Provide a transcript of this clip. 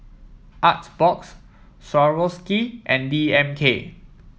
Artbox Swarovski and D M K